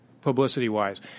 publicity-wise